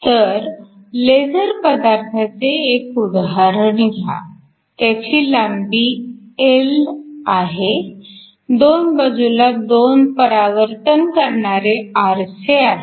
तर लेझर पदार्थांचे एक उदाहरण घ्या त्याची लांबी L आहे दोन बाजूला दोन परावर्तन करणारे आरसे आहेत